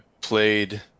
played